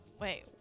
Wait